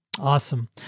awesome